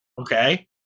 Okay